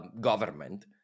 government